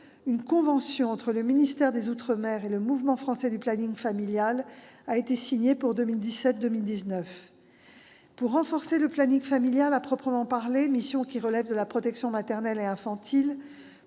une convention entre le ministère des outre-mer et le Mouvement français pour le planning familial a été signée pour la période 2017-2019. Pour renforcer le planning familial à proprement parler, mission qui relève de la protection maternelle et infantile,